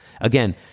Again